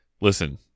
listen